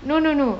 no no no